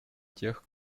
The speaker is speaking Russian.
тех